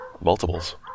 multiples